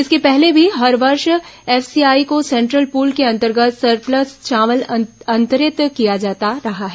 इसके पहले भी हर वर्ष एफसीआई को सेंट्रल पूल के अंतर्गत सरप्लस चावल अंतरित किया जाता रहा है